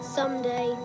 Someday